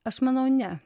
aš manau ne